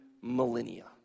millennia